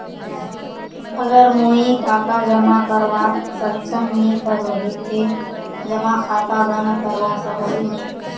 अगर मुई टका जमा करवात सक्षम नी करोही ते जमा खाता बंद करवा सकोहो ही?